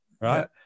right